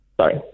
Sorry